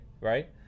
right